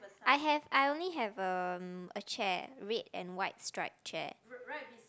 I have I only have um a chair red and white stripe chair